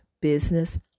business